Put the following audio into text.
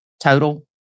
total